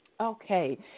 Okay